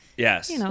Yes